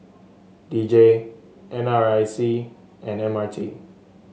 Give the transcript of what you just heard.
D J N R I C and M R T